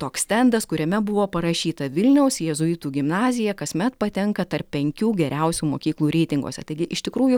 toks stendas kuriame buvo parašyta vilniaus jėzuitų gimnazija kasmet patenka tarp penkių geriausių mokyklų reitinguose taigi iš tikrųjų